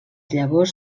llavors